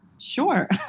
sure.